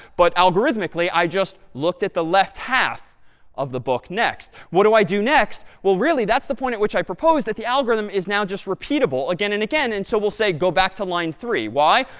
but algorithmically, i just looked at the left half of the book next. what do i do next? well, really, that's the point at which i proposed that the algorithm is now just repeatable, again and again, and so we'll say go back to line three. why?